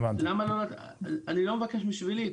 אני לא מבקש בשבילי,